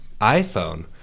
iPhone